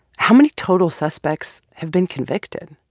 how many total suspects have been convicted?